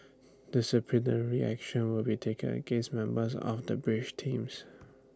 disciplinary action will be taken against members of the bridge teams